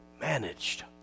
managed